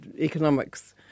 economics